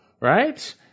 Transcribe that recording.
right